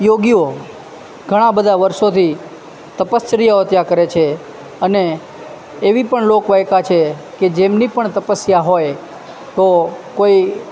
યોગીઓ ઘણાં બધા વર્ષોથી તપશ્ચર્યાઓ ત્યાં કરે છે અને એવી પણ લોક વાયકા છે કે જેમની પણ તપસ્યા હોય તો કોઈ